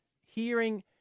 Hearing